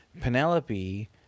Penelope